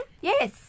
Yes